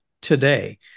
today